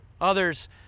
Others